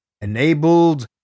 enabled